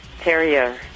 Terrier